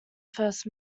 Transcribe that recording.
first